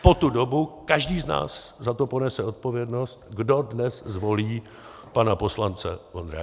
Po tu dobu každý z nás za to ponese odpovědnost, kdo dnes zvolí pana poslance Vondráčka.